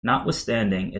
notwithstanding